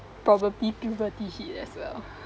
probably puberty hit as well